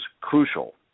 crucial